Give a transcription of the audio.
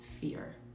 fear